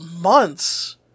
months